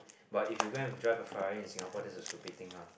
but if you go and drive a in Singapore this is a stupid thing ah